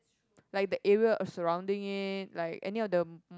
like the area of surrounding it like any of the m~